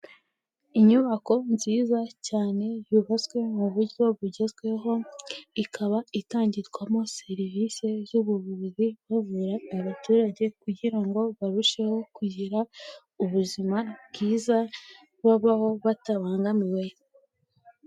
Inyubako nziza cyane yubatswe mu buryo bugezweho, ikaba itangirwamo serivisi z'ubuvuzi bavura abaturage kugira ngo barusheho kugira ubuzima bwiza babaho batabangamiwe.